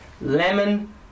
lemon